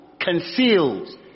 conceals